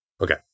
Okay